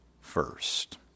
first